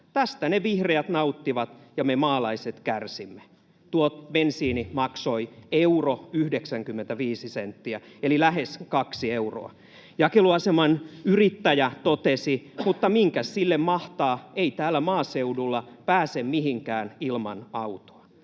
”Tästä ne vihreät nauttivat ja me maalaiset kärsimme.” Tuo bensiini maksoi 1 euro 95 senttiä eli lähes 2 euroa. Jakelu-aseman yrittäjä totesi: ”Mutta minkäs sille mahtaa, ei täällä maaseudulla pääse mihinkään ilman autoa.”